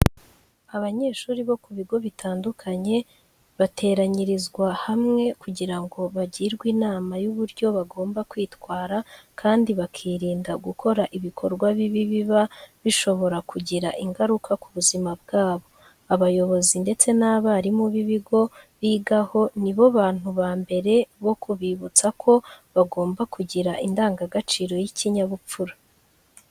Abanyeshuri bo ku bigo bitandukanye bateranyirizwa hamwe kugira ngo bagirwe inama y'uburyo bagomba kwitwara kandi bakirinda gukora ibikorwa bibi biba bishobora kugira ingaruka ku buzima bwabo. Abayobozi ndetse n'abarimu b'ibigo bigaho ni bo bantu ba mbere bo kubibutsa ko bagomba kugira indangagaciro y'ikinyabupfura.